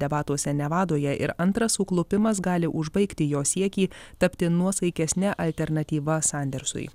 debatuose nevadoje ir antras suklupimas gali užbaigti jo siekį tapti nuosaikesne alternatyva sandersui